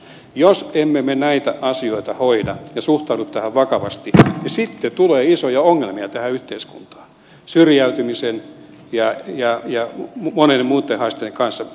jos me emme näitä asioita hoida ja suhtaudu tähän vakavasti niin sitten tulee isoja ongelmia tähän yhteiskuntaan syrjäytymisen ja monien muiden haasteiden kanssa